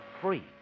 free